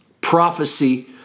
prophecy